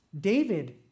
David